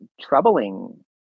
troubling